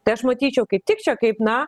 tai aš matyčiau kaip tik čia kaip na